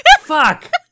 fuck